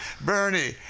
Bernie